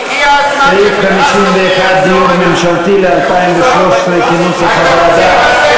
סעיף 51, דיור ממשלתי, ל-2013, כנוסח הוועדה.